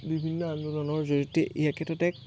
বিভিন্ন আন্দোলনৰ জড়িয়তে ইয়াকেতাতে